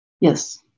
Yes